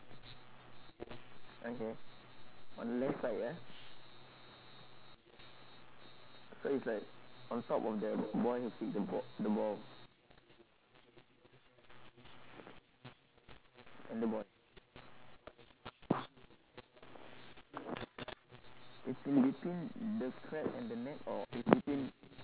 okay on the left side ya so it's like on top of the boy who kick the ba~ the ball and the boy it's in between the crab and the net or it's between